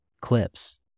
clips